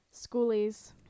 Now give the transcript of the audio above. Schoolies